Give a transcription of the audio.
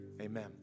amen